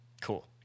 Cool